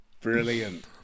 Brilliant